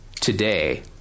today